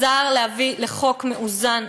עזר להביא לחוק מאוזן,